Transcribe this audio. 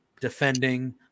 defending